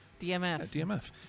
DMF